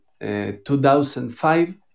2005